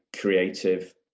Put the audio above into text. creative